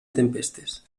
tempestes